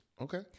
Okay